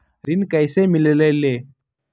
ऋण कईसे मिलल ले?